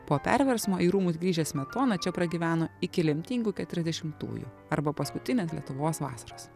po perversmo į rūmus grįžęs smetona čia pragyveno iki lemtingų keturiasdešimtųjų arba paskutinės lietuvos vasaros